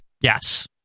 yes